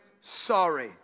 sorry